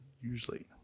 Usually